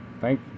thank